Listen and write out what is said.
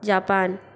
Japan